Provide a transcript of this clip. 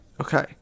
Okay